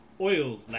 oil